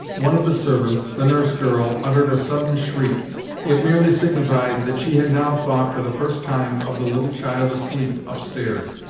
one of the servants, the nurse-girl, uttered a sudden shriek it merely signified that she had now thought for the first time of the little child asleep upstairs.